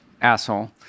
Asshole